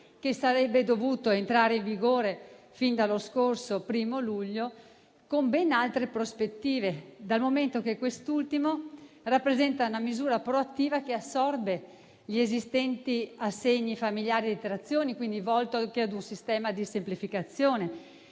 che sarebbe dovuto entrare in vigore fin dallo scorso 1° luglio con ben altre prospettive. Quest'ultimo rappresenta infatti una misura proattiva che assorbe gli esistenti assegni familiari e le detrazioni, quindi è volto anche ad un sistema di semplificazione